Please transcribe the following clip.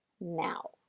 now